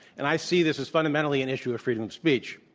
and i see this as fundamentally an issue of freedom of speech.